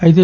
అయితే